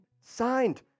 signed